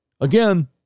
again